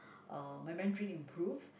uh my Mandarin improved